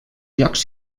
llocs